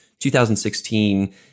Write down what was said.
2016